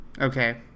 Okay